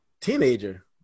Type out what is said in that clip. teenager